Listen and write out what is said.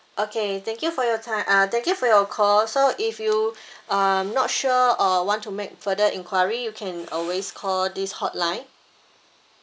okay thank you for your time uh thank you for your call so if you um not sure or want to make further inquiry you can always call this hotline